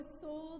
sold